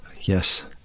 yes